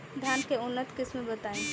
धान के उन्नत किस्म बताई?